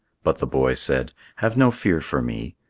but the boy said, have no fear for me.